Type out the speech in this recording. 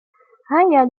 هيا